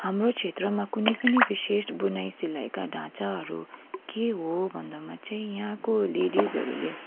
हाम्रो क्षेत्रमा कुनै पनि विशेष बुनाइ सिलाइका ढाँचाहरू के हो भन्दामा चाहिँ यहाँको लेडिजहरूले